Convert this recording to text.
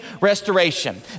restoration